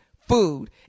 food